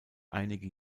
einige